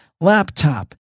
laptop